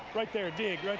right there, dig.